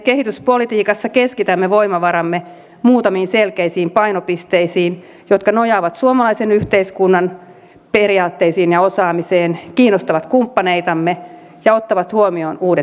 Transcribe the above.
kehityspolitiikassa keskitämme voimavaramme muutamiin selkeisiin painopisteisiin jotka nojaavat suomalaisen yhteiskunnan periaatteisiin ja osaamiseen kiinnostavat kumppaneitamme ja ottavat huomioon uudet yk tavoitteet